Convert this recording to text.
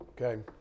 Okay